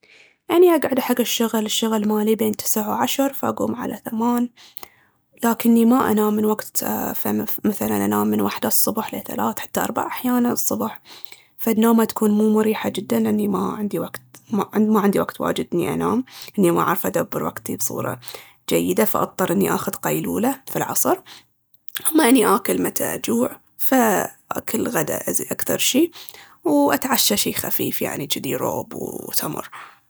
أني أقعد حق الشغل، الشغل مالي بين تسع وعشر، أقوم على ثمان لكني ما أنام من وقت فمثلاً انام من وحدة الصبح لي ثلاث، حتى أربع أحياناً الصبح فالنومة تكون مو مريحة جداً لأني ما عندي وقت- ما عندي وقت واجد إني انام لأني ما اعرف ادبر وقتي بصورة جيدة، فأضطر اني آخذ قيلولة في العصر أما أني آكل متى أجوع فآكل غدا أكثر شي وأتعشى شي خفيف يعني جذي روب وتمر